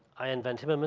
i invented um